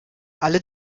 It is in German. alle